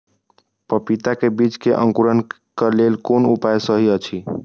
पपीता के बीज के अंकुरन क लेल कोन उपाय सहि अछि?